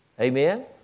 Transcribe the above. Amen